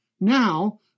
Now